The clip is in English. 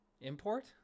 Import